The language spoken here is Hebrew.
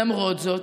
למרות זאת,